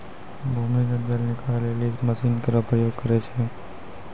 भूमीगत जल निकाले लेलि मसीन केरो प्रयोग करै छै